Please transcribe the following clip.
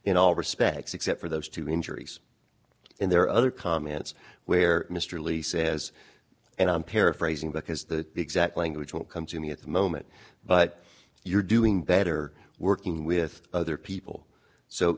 in all respects except for those two injuries and there are other comments where mr lee says and i'm paraphrasing because the exact language will come to me at the moment but you're doing better working with other people so